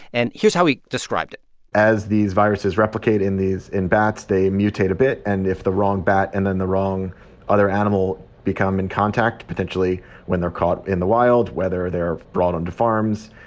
and here's how he described it as these viruses replicate in these in bats, they mutate a bit. and if the wrong bat and then the wrong other animal become in contact potentially when they're caught in the wild, whether they're brought onto farms,